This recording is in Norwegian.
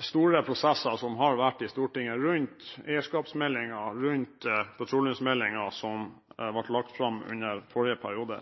store prosesser som har vært i Stortinget rundt eierskapsmeldingen og petroleumsmeldingen, som ble lagt fram i forrige periode.